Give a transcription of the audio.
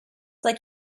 like